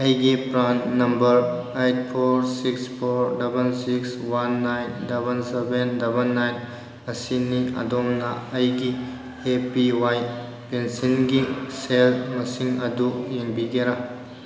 ꯑꯩꯒꯤ PRAN number eight four six four double six one nine double seven double nine ꯑꯁꯤꯅꯤ ꯑꯗꯣꯝꯅ ꯑꯩꯒꯤ A P Y ꯄꯦꯟꯁꯤꯟꯒꯤ ꯁꯦꯜ ꯃꯁꯤꯡ ꯑꯗꯨ ꯌꯦꯡꯕꯤꯒꯦꯔꯥ